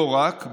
לא רק,